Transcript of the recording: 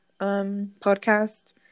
podcast